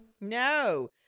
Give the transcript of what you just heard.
No